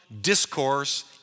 discourse